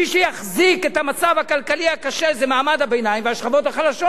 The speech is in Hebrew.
מי שיחזיק את המצב הכלכלי הקשה זה מעמד הביניים והשכבות החלשות,